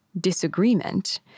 disagreement